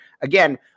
Again